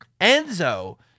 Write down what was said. Enzo